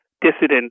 dissident